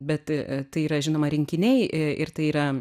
bet tai yra žinoma rinkiniai e ir tai yra